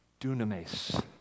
dunamis